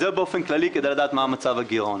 זה באופן כללי כדי לדעת מה מצב הגרעון.